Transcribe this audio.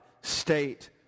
state